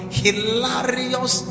hilarious